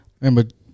remember